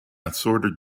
assorted